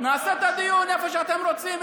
נעשה את הדיון איפה שאתם רוצים,